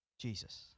Jesus